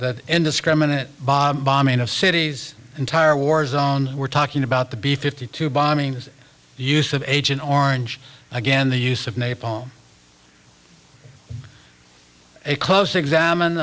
that indiscriminate by bombing of cities entire war zone we're talking about the b fifty two bombings the use of agent orange again the use of napalm a close examine